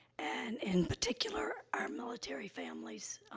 and in particular, our military families, um,